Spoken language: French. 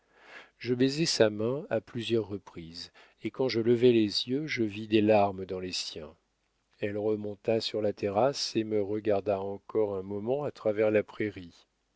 je baisai sa main à plusieurs reprises et quand je levai les yeux je vis des larmes dans les siens elle remonta sur la terrasse et me regarda encore un moment à travers la prairie